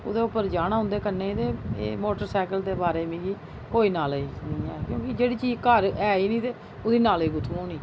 ओह्दे उप्पर जाना उंदे कन्नै ते एह् मोटरसैकल दे बारै च मिगी कोई नालेज नी ऐ क्योंकि जेहड़ी चीज घर ऐ ही नी ते ओह्दी नालेज कुत्थुं होनी